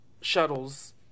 shuttles